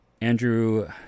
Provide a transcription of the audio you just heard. Andrew